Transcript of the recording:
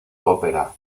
opera